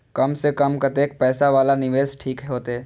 कम से कम कतेक पैसा वाला निवेश ठीक होते?